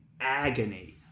agony